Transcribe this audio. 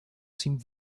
seemed